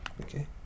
Okay